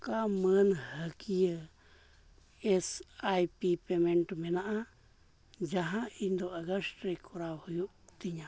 ᱚᱠᱟ ᱢᱟᱹᱱᱦᱟᱹᱠᱤᱭᱟᱹ S I P payment ᱢᱮᱱᱟᱜᱼᱟ ᱡᱟᱦᱟᱸ ᱤᱧᱫᱚ ᱟᱜᱚᱥᱴᱨᱮ ᱠᱚᱨᱟᱣ ᱦᱩᱭᱩᱜ ᱛᱤᱧᱟᱹ